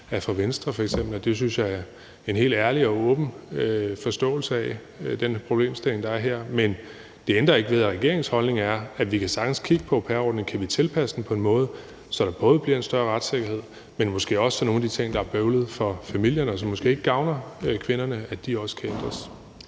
fra Venstre f.eks., og det synes jeg er en helt ærlig og åben forståelse af den problemstilling, der er her. Men det ændrer ikke på, at regeringens holdning er, at vi sagtens kan kigge på au pair-ordningen og på, om vi kan tilpasse den på en måde, så der både bliver en større retssikkerhed, men måske også, så nogle af de ting, der er bøvlede for familierne, og som måske ikke gavner kvinderne, også kan ændres.